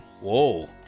Whoa